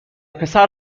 پسر